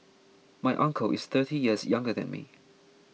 my uncle is thirty years younger than me